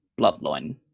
bloodline